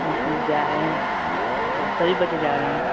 जी जा रहे हैं सभी बच्चे जा रहे हैं